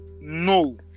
no